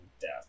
death